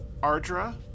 Ardra